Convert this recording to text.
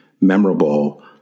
memorable